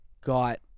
got